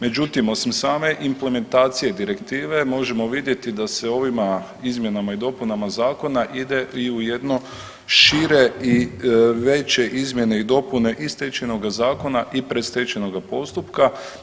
Međutim, osim same implementacije direktive možemo vidjeti da se ovima izmjenama i dopunama zakona ide i u jedno šire i veće izmjene i dopune i stečajnoga zakona i predstečajnoga postupka.